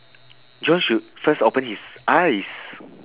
john should first open his eyes